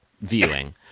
viewing